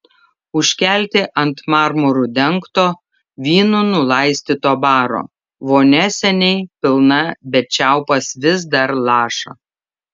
užkelti ant marmuru dengto vynu sulaistyto baro vonia seniai pilna bet čiaupas vis dar laša